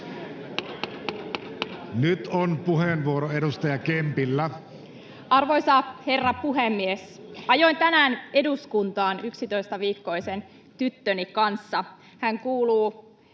Nyt on puheenvuoro edustaja Kempillä. Arvoisa herra puhemies! Ajoin tänään eduskuntaan 11-viikkoisen tyttöni kanssa. Hän kuuluu